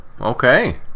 okay